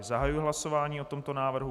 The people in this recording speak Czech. Zahajuji hlasování o tomto návrhu.